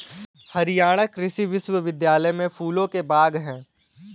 हरियाणा कृषि विश्वविद्यालय में फूलों के बाग हैं